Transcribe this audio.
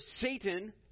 Satan